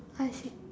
I see